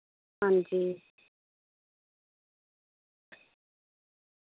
हां जी